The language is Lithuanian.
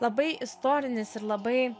labai istorinis ir labai